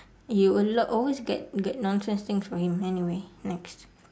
you a lot always get get nonsense things for him anyway next